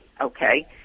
Okay